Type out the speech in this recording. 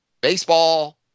Baseball